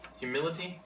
humility